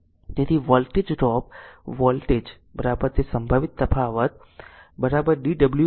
તેથી અને voltage drop voltage તે સંભવિત તફાવત dw dq